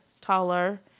taller